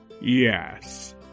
Yes